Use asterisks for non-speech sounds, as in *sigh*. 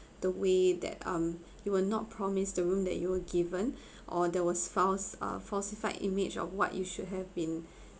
the way that um we were not promise the room that you were given *breath* or that was files uh falsified image of what you should have been